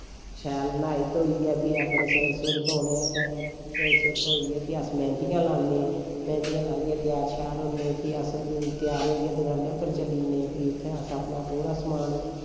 शैल न्हाई धोइयै फ्ही अपनै सिर सुर धोने असें सिर सुर धोइयै फ्ही अस मैंह्दियां लान्ने मैंह्दियां लाइयै त्यार शयार होन्ने फ्ही अस त्यार होइयै दकानै पर चली जन्ने फ्ही उत्थें अस अपना पूरा समान